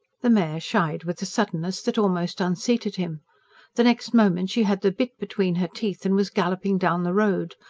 the mare shied with a suddenness that almost unseated him the next moment she had the bit between her teeth and was galloping down the road.